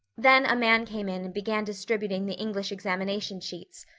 then a man came in and began distributing the english examination sheets.